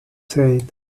said